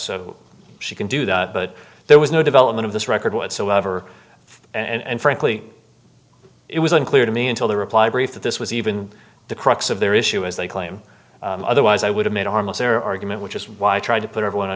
she can do that but there was no development of this record whatsoever and frankly it was unclear to me until the reply brief that this was even the crux of their issue as they claim otherwise i would have made a harmless error argument which is why i tried to put everyone